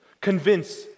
Convince